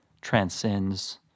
transcends